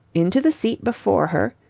into the seat before her,